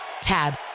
TAB